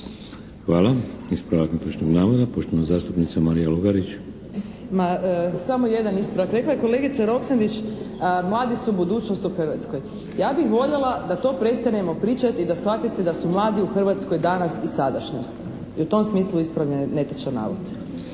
Hvala. Ispravak netočnog navoda, poštovana zastupnica Marija Lugarić. **Lugarić, Marija (SDP)** Ma samo jedan ispravak. Rekla je kolegica Roksandić, mladi su budućnost u Hrvatskoj. Ja bih voljela da to prestanemo pričati i da shvatite da su mladi u Hrvatskoj danas i sadašnjost i u tom smislu ispravljam netočan navod.